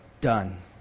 done